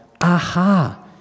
aha